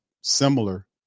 similar